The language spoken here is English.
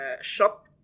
shop